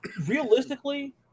Realistically